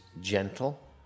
gentle